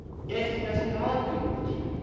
death doesn't argue with you,